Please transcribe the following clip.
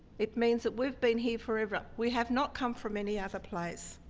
it means that we've been here forever. we have not come from any other place.